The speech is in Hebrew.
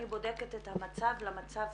אני בודקת את המצב מול המצב